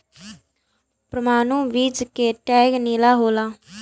प्रमाणित बीज के टैग नीला होला